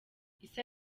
issa